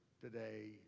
today